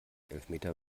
elfmeter